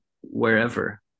wherever